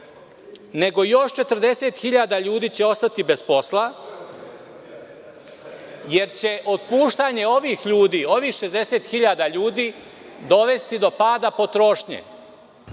nego će još 40.000 ljudi ostati bez posla, jer će otpuštanje ovih 60.000 ljudi dovesti do pada potrošnje.